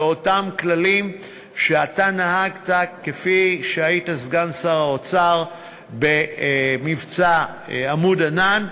באותם כללים שאתה נהגת לפיהם כשהיית סגן שר האוצר במבצע "עמוד ענן".